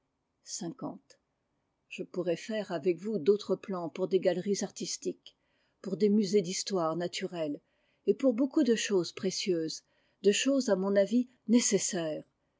je pourrais faire avec vous d'autres plans pour des galeries artistiques et pour des musées d'histoire naturelle et pour beaucoup de choses précieuses de choses à mon avis nécessaires